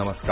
नमस्कार